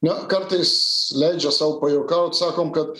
na kartais leidžia sau pajuokaut sakom kad